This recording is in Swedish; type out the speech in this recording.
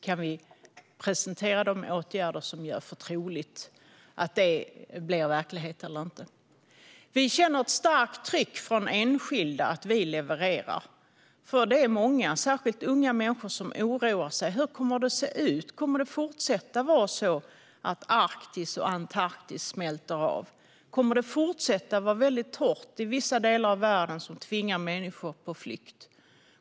Kan vi presentera de åtgärder som gör för troligt att det blir verklighet eller inte? Vi känner ett starkt tryck från enskilda på att leverera. Det är många, särskilt unga, som oroar sig: Hur kommer det att se ut? Kommer det att fortsätta att vara så att Arktis och Antarktis smälter av? Kommer det att fortsätta att vara väldigt torrt i vissa delar av världen, något som tvingar människor på flykt?